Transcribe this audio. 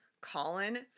Colin